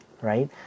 right